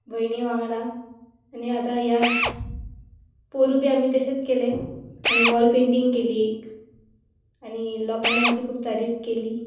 भयणी वांगडा आनी आतां ह्या पोरू बी आमी तशेंच केले आमी वॉल पेंटींग केली एक आनी लोकांनी आमची खूब तारीफ केली